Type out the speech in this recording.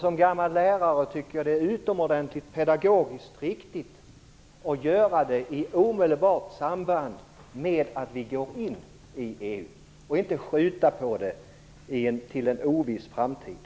Som gammal lärare tycker jag att det är utomordentligt pedagogiskt riktigt att tala om detta i samband med att vi går in i EU i stället för att skjuta det på en oviss framtid.